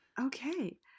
Okay